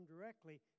directly